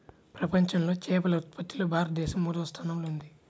ప్రపంచంలో చేపల ఉత్పత్తిలో భారతదేశం మూడవ స్థానంలో ఉంది